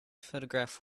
photograph